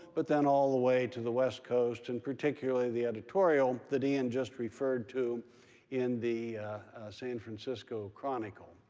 but then all the way to the west coast, and particularly the editorial that ian just referred to in the san francisco chronicle.